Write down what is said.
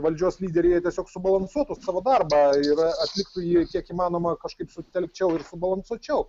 valdžios lyderiai jie tiesiog subalansuotų savo darbą ir atliktų jį kiek įmanoma kažkaip sutelkčiau ir subalansuočiau